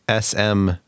SM